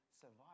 survive